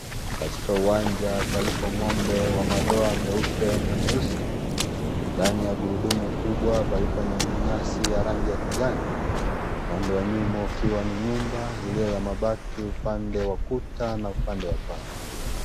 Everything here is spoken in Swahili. Katika uwanja, palipo ng'ombe wa madoa meupe na meusi, ndani ya gurudumu kubwa, palipo na nyasi ya rangi ya kijani. Upande wa nyuma, ukiwa ni nyumba iliyo ya mabati, upande wa kuta na upande paa.